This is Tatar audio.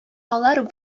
алар